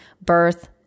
Birth